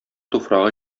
туфрагы